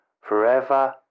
forever